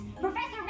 Professor